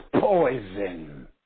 poison